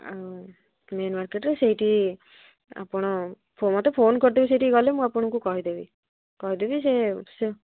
ଆଉ ମେନ୍ ମାର୍କେଟରେ ସେଇଠି ଆପଣ ମୋତେ ଫୋନ୍ କରିଦେବେ ସେଇଠି ଗଲେ ମୁଁ ଆପଣଙ୍କୁ କହିଦେବି କହିଦେବି ସେ ସେ